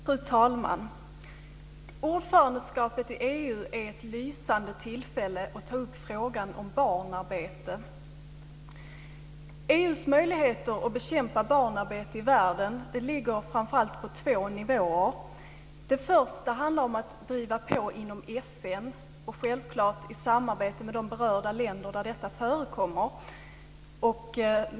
Fru talman! Ordförandeskapet i EU är ett lysande tillfälle att ta upp frågan om barnarbete. EU:s möjligheter att bekämpa barnarbete i världen ligger framför allt på två nivåer. Den första handlar om att driva på inom FN, självklart i samarbete med de länder där detta förekommer.